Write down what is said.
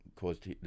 caused